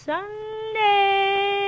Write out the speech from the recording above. Sunday